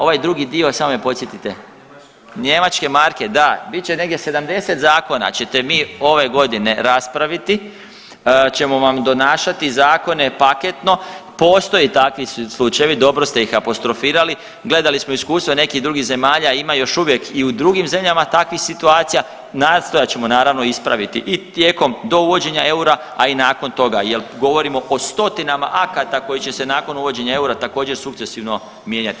Ovaj drugi dio, samo me podsjetite, njemačke marke, da, bit će negdje, 70 zakona ćete mi ove godine raspraviti, ćemo vam donašati zakone paketno, postoje takvi slučajevi, dobro ste ih apostrofirali, gledali smo iskustva nekih drugih zemalja, ima još uvijek i u drugim zemljama takvih situacija, nastojat ćemo, naravno ispraviti i tijekom dovođenja eura, a i nakon toga jer govorimo o stotinama akata koji će se nakon uvođenja eura također, sukcesivno mijenjati.